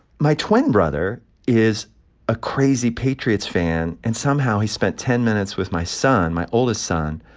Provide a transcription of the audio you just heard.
my twin brother is a crazy patriots fan, and somehow, he spent ten minutes with my son, my oldest son,